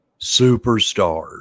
superstars